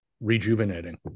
rejuvenating